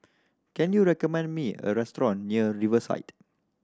can you recommend me a restaurant near Riverside